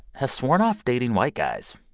has sworn off dating white guys.